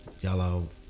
Y'all